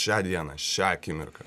šią dieną šią akimirką